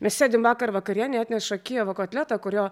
mes sėdim vakar vakarienei atneša kijevo kotletą kurio